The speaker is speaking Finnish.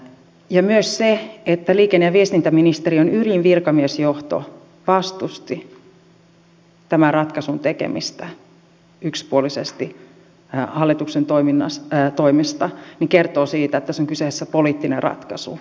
ja myös se että liikenne ja viestintäministeriön ylin virkamiesjohto vastusti tämän ratkaisun tekemistä yksipuolisesti hallituksen toimesta kertoo siitä että tässä on kyseessä poliittinen ratkaisu